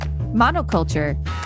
Monoculture